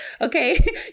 Okay